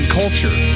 culture